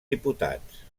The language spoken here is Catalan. diputats